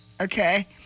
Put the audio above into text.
Okay